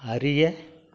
அறிய